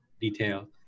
detail